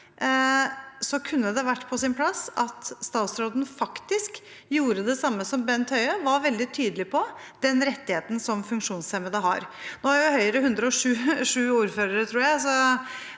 kunne det vært på sin plass at statsråden faktisk gjorde det samme som Bent Høie, og var veldig tydelig på den rettigheten funksjonshemmede har. Nå har Høyre 107 ordførere, tror jeg,